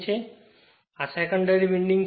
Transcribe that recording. અને આ secondary winding છે